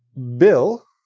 bill,